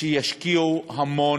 שישקיעו המון